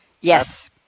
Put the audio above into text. Yes